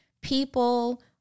people